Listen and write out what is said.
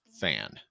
fan